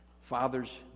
fathers